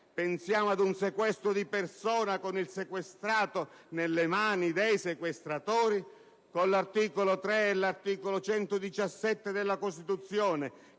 (pensiamo ad un sequestro di persona con il sequestrato nelle mani dei sequestratori), con l'articolo 3 e l'articolo 117 della Costituzione,